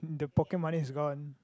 the pocket money is gone